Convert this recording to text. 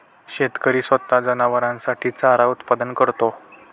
शेतकरी स्वतः जनावरांसाठी चारा उत्पादन करतो